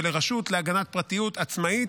ולרשות להגנת פרטיות עצמאית,